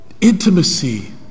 intimacy